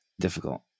difficult